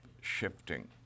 shifting